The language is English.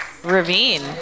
Ravine